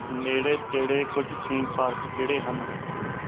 ਨੇੜੇ ਤੇੜੇ ਕੁਝ ਥੀਮ ਪਾਰਕ ਕਿਹੜੇ ਹਨ